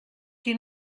qui